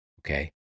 Okay